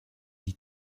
dit